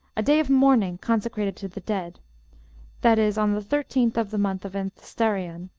a day of mourning consecrated to the dead that is, on the thirteenth of the month of anthesterion,